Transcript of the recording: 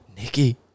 Nikki